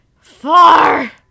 far